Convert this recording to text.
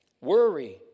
Worry